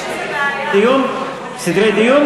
חברי הכנסת,